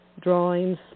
drawings